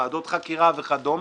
ועדות חקירה וכדו',